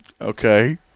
Okay